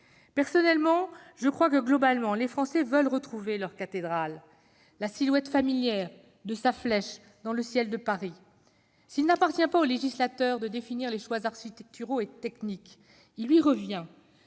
Personnellement, je crois que, globalement, les Français veulent retrouver leur cathédrale, la silhouette familière de sa flèche dans le ciel de Paris. S'il n'appartient pas au législateur de définir les choix architecturaux ou techniques, il lui revient